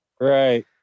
Right